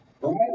Right